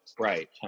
Right